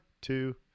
two